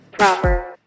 Proper